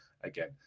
again